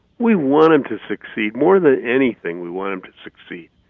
we want him to succeed, more than anything, we want him to succeed.